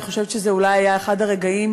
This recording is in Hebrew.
אני חושבת שזה אולי היה אחד הרגעים